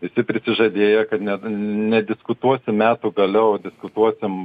visi prisižadėję kad net nediskutuosim metų gale o diskutuosim